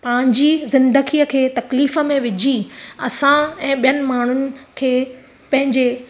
पंहिंजी ज़िंदगीअ खे तकलीफ़ में विझी असां ऐं ॿियनि माण्हुनि खे पंहिंजे